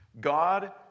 God